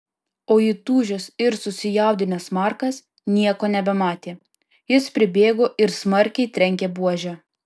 o įtūžęs ir susijaudinęs markas nieko nebematė jis pribėgo ir smarkiai trenkė buože